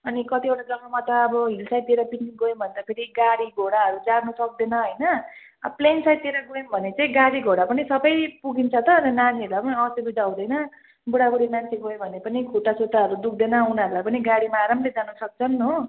अनि कतिवटा जगामा त अब हिल्स साइडतिर पिकनिक गयौँ भने त फेरि गाडी घोडाहरू जानु सक्दैन होइन अब प्लेन साइडतिर गयौँ भने चाहिँ गाडी घोडाहरू पनि सबै पुगिन्छ त नानीहरूलाई पनि असुविधा हुँदैन बुढा बुढी मान्छेहरू गयो भने पनि खुट्टा सुट्टाहरू दुख्दैन उनीहरूलाई पनि गाडीमा आरामले जानु सक्छन् हो